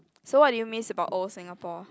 so what do you miss about old Singapore